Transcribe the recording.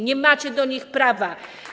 Nie macie do nich prawa.